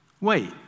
Wait